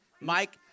Mike